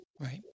Right